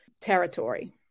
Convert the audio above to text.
territory